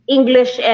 English